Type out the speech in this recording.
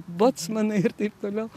bocmanai ir taip toliau